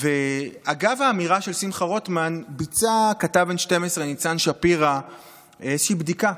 אגב האמירה של שמחה רוטמן ביצע כתב 12N ניצן שפירא איזושהי בדיקה: